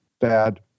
bad